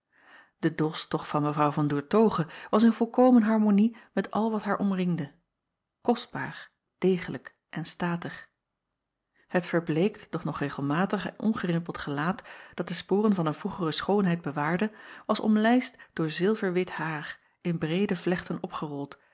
e dosch toch van w an oertoghe was in volkomen harmonie met al wat haar omringde kostbaar degelijk en statig et verbleekt doch nog regelmatig en ongerimpeld gelaat dat de sporen van een vroegere schoonheid bewaarde acob van ennep laasje evenster delen was omlijst door zilverwit haar in breede vlechten opgerold